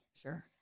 Sure